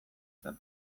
zen